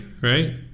right